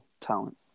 talent